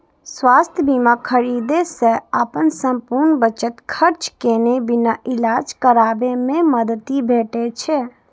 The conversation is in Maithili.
स्वास्थ्य बीमा खरीदै सं अपन संपूर्ण बचत खर्च केने बिना इलाज कराबै मे मदति भेटै छै